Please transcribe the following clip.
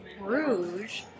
Bruges